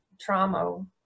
trauma